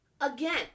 Again